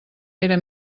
era